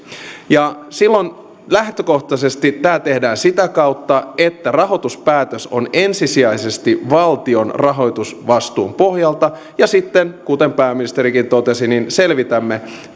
silloin lähtökohtaisesti tämä tehdään sitä kautta että rahoituspäätös on ensisijaisesti valtion rahoitusvastuun pohjalta ja sitten kuten pääministerikin totesi selvitämme